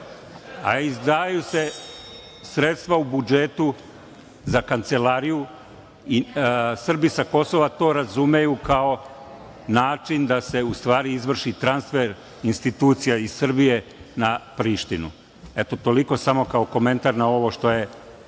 a izdvajaju se sredstva u budžetu za Kancelariju i Srbi sa Kosova to razumeju kao način da se u stvari izvrši transfer institucija iz Srbije na Prištinu. Eto, toliko samo kao komentar na ovo što je